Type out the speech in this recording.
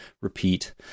repeat